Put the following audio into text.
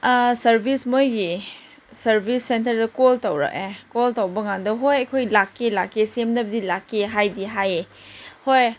service ꯃꯣꯏꯒꯤ service ꯁꯦꯟꯇꯔꯗ call ꯇꯧꯔꯛꯑꯦ ꯀꯣꯜ ꯇꯧꯕ ꯀꯥꯟꯗ ꯍꯣꯏ ꯑꯩꯈꯣꯏ ꯂꯥꯛꯀꯦ ꯂꯥꯛꯀꯦ ꯁꯦꯝꯅꯕꯗꯤ ꯂꯥꯛꯀꯦ ꯍꯥꯏꯗꯤ ꯍꯥꯏꯌꯦ ꯍꯣꯏ